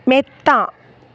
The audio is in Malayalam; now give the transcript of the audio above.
മെത്ത